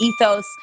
ethos